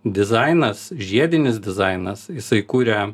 dizainas žiedinis dizainas jisai kuria